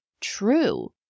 true